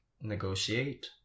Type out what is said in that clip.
negotiate